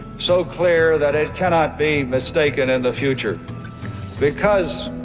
so clear that it cannot be mistaken in the future because